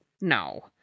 No